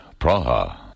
Praha